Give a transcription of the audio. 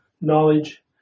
knowledge